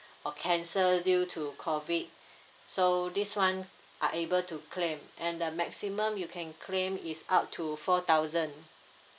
or cancel due to COVID so this [one] are able to claim and the maximum you can claim is up to four thousand